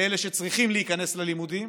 באלה שצריכים להיכנס ללימודים,